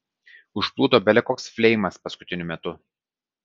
užplūdo bele koks fleimas paskutiniu metu